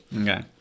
Okay